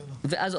ואז,